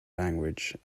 language